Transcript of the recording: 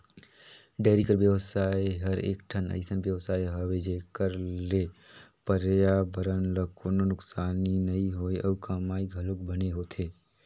dairy कर बेवसाय हर एकठन अइसन बेवसाय हवे जेखर ले परयाबरन ल कोनों नुकसानी नइ होय अउ कमई घलोक बने होथे